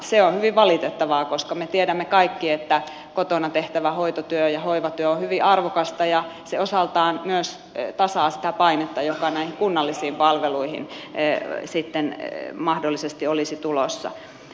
se on hyvin valitettavaa koska me tiedämme kaikki että kotona tehtävä hoitotyö ja hoivatyö on hyvin arvokasta ja se osaltaan myös tasaa sitä painetta joka näihin kunnallisiin palveluihin mahdollisesti olisi tulossa